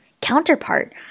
counterpart